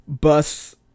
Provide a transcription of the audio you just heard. bus